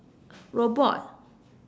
robot